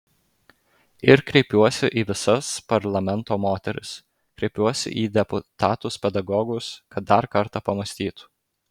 ir kreipiuosi į visas parlamento moteris kreipiuosi į deputatus pedagogus kad dar kartą pamąstytų